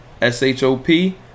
S-H-O-P